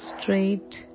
straight